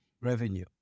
revenue